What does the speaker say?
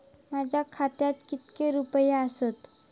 माझ्या खात्यात कितके रुपये आसत?